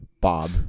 Bob